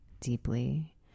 deeply